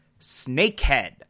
Snakehead